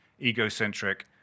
egocentric